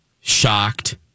shocked